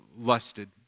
lusted